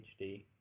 HD